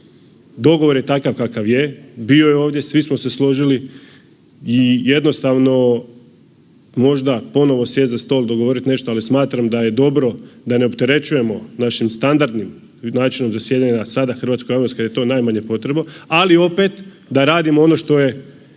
dogovor je takav kakav je, bio je ovdje svi smo se složili i jednostavno možda ponovo sjest za stol, dogovorit nešto, ali smatram da je dobro da ne opterećujemo našim standardnim načinom zasjedanja sada hrvatsku javnost kada je to najmanje potrebno, ali opet da radimo ono što je